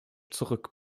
zurück